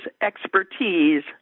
expertise